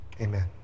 amen